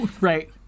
Right